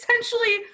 essentially